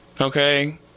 okay